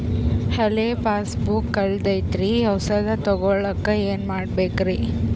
ಹಳೆ ಪಾಸ್ಬುಕ್ ಕಲ್ದೈತ್ರಿ ಹೊಸದ ತಗೊಳಕ್ ಏನ್ ಮಾಡ್ಬೇಕರಿ?